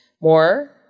more